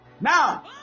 now